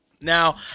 Now